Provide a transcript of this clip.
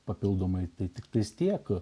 papildomai tai tiktai tiek